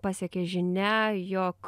pasiekė žinia jog